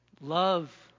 Love